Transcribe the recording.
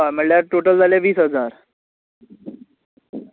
म्हणळ्यार टॉटल जाले वीस हजार